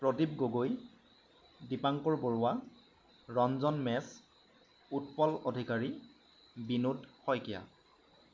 Pradip Gogoi Dipankar Barua Ranjan Mech Utpal Adhikari Binod Saikia